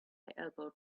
elbowed